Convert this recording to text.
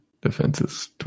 defenses